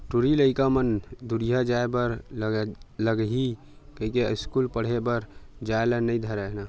टूरी लइका मन दूरिहा जाय बर लगही कहिके अस्कूल पड़हे बर जाय ल नई धरय ना